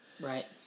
right